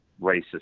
racist